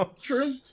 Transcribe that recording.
True